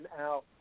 out